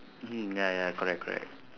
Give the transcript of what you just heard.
mm ya ya correct correct